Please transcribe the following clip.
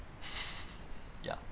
ya